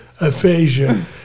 aphasia